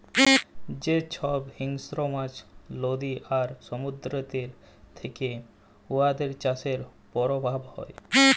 যে ছব হিংস্র মাছ লদী আর সমুদ্দুরেতে থ্যাকে উয়াদের চাষের পরভাব হ্যয়